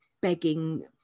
begging